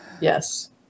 Yes